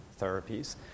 therapies